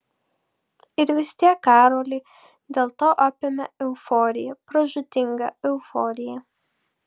ir vis tiek karolį dėl to apėmė euforija pražūtinga euforija